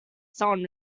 someone